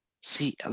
See